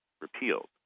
repealed